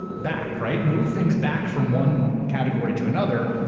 back, right? move things back from one category to another,